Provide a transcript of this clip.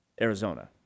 Arizona